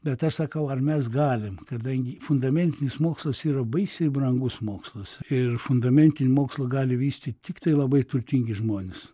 bet aš sakau ar mes galim kadangi fundamentinis mokslas yra baisiai brangus mokslas ir fundamentinį mokslą gali vystyt tiktai labai turtingi žmonės